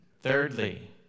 thirdly